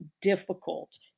difficult